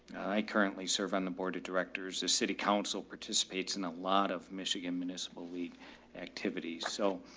i currently serve on the board of directors. the city council participates in a lot of michigan municipal league activities. so,